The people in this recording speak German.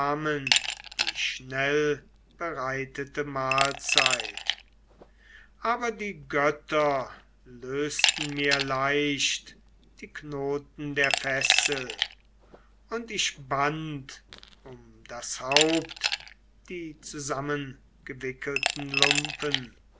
die schnellbereitete mahlzeit aber die götter lösten mir leicht die knoten der fessel und ich band um das haupt die zusammengewickelten lumpen